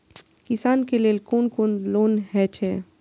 किसान के लेल कोन कोन लोन हे छे?